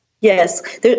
Yes